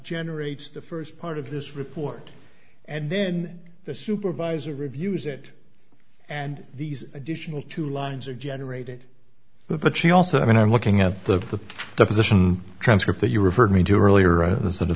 generates the st part of this report and then the supervisor reviews it and these additional two lines are generated but she also i mean i'm looking at the deposition transcript that you referred me to earlier of the sort of